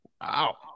Wow